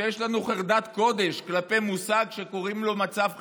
שיש לנו חרדת קודש כלפי מושג שקוראים לו מצב חירום,